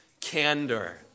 candor